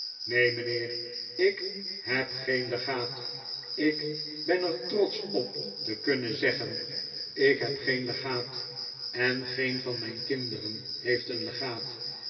neen mijnheer ik heb geen legaat ik ben er trotsch op te kunnen zeggen ik heb geen legaat en geen van mijn kinderen heeft een legaat